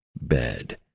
bed